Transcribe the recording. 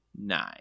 nine